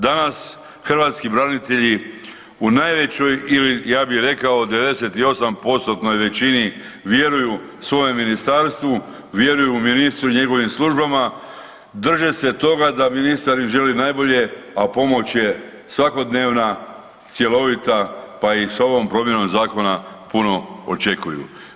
Danas hrvatski branitelji u najvećoj ili ja bi rekao 98%-tnoj većini vjeruju svojem ministarstvu, vjeruju ministru i njegovim službama, drže se toga da ministar im želi najbolje, a pomoć je svakodnevna, cjelovita pa i s ovom promjenom zakona puno očekuju.